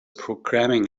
programming